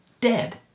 dead